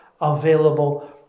available